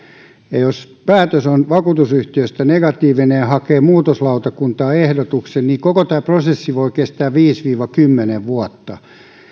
jos päätös vakuutusyhtiöstä on negatiivinen ja hakee muutoslautakunnalta muutosta niin koko tämä prosessi voi kestää viisi viiva kymmenen vuotta